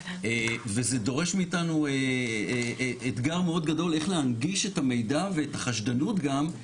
וזה דורש מאתנו אתגר מאוד גדול איך להנגיש את המידע ואת החשדנות גם,